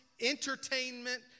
entertainment